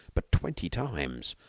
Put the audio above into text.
but twenty times,